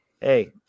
Hey